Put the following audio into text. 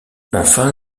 enfin